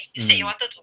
mm